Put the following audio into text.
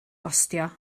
gostio